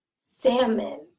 salmon